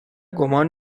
گمان